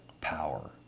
power